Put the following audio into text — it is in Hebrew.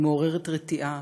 היא מעוררת רתיעה,